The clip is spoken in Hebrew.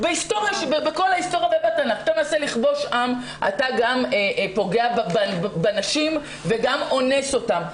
אתה גם פוגע בנשים וגם אונס אותן.